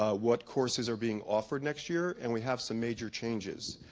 ah what courses are being offered next year and we have some major changes.